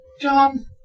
John